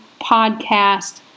podcast